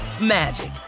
magic